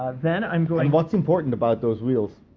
ah then i'm going. what's important about those wheels?